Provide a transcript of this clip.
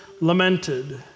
lamented